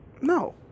no